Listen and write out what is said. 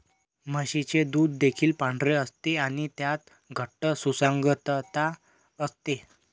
म्हशीचे दूध देखील पांढरे असते आणि त्यात घट्ट सुसंगतता असते